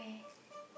<S<